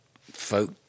folk